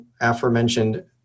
aforementioned